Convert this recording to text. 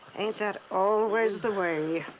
ain't that always the way?